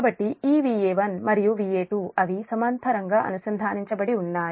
కాబట్టి ఈ Va1 మరియు Va2 అవి సమాంతరంగా అనుసంధానించబడి ఉన్నాయి